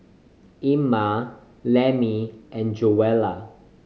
Ima Lemmie and Joella